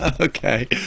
Okay